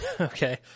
Okay